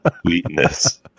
sweetness